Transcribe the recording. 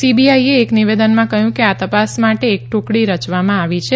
સીબીઆઇએ એક નિવેદનમાં કહ્યું કે આ તપાસ માટે એક ટુકડી રચવામાં આવી છે